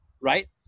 right